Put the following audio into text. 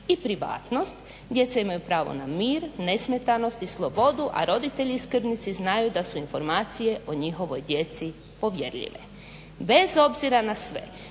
i privatnost, djeca imaju pravo na mir, nesmetanost i slobodu, a roditelji i skrbnici znaju da su informacije o njihovoj djeci povjerljive. Bez obzira na sve